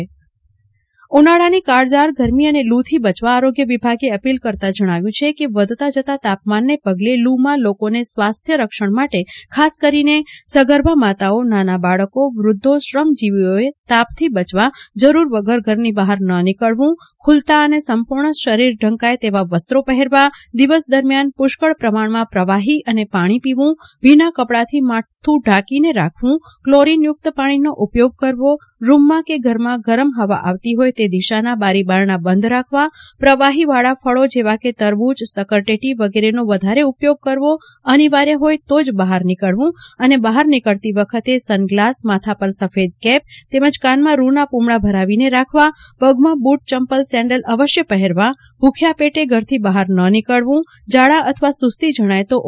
કુલ્પના શાહ લૂથી બચવાના ઉપાયો જિલ્લા આરોગ્ય અધિકારી ઉનાળાની કાળઝાળ ગરમી અને લૂથી બચવા આરોગ્ય વીભાગે અપીલ કરતા જણાવ્યું છે કે વધતા જતાં તાપમાનને પગલે લૂમાં લોકોને સ્વસ્થ રક્ષણ માટે ખાસ કરીને સગર્ભા માતાઓ નાના બાળકો વૃધ્યો શ્રમજીવીઓએ તાપથી બચવા જરૂર વગર ઘરની બહાર ન નીકળવું ખુલા અને સંપૂર્ણ શરીર ઢંકાય તેવા વસ્ત્રો પહેરવા દિવસ દરમિયાન પુષ્કાળ પ્રમાણમાં પ્રવાહી અને પાણી પીવું ભીના કપડાથી માથું ઢાંકીને રાખવું ક્લોરીનયુક્ત પાણીનો ઉપયોગ કરવો રૂમમાં કે ઘરમાં ગરમ દવા આવતી હોય તે દિશાના બારી બારણાં બંધ રાખવા પ્રવાહીવાળા ફળો જેવા કે તરબૂચો શક્કરટેટી વગેરેનો ઉપયોગ કરવો અનિવાર્ય હોય તો જ બહાર નીકળવું પરંતુ સનગ્લાસ માથાપર સફેદ કેપ તેમજ કાનમાં રૂના પૂમડાં ભરાવીને રાખવા પગમાં બૂટ ચંપલ સેન્ડલ અવશ્ય જ પહેરવા ભુખ્યા પેટે ઘરથી બહાર ન નીકળવું ઝાડા અથવા સુસ્તી જણાય તો ઓ